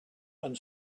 and